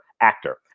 actor